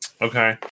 Okay